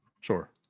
sure